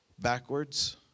backwards